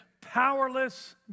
powerless